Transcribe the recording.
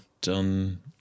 done